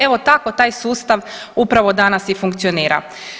Evo tako taj sustav upravo danas i funkcionira.